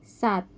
सात